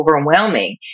overwhelming